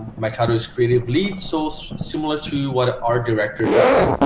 mikanos creative lead so so similar to you what our director does